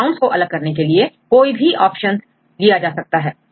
compounds को अलग करने के लिए कोई भी ऑप्शन लिया जा सकता है